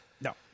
No